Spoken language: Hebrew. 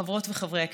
חברות וחברי הכנסת,